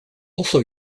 also